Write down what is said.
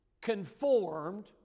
conformed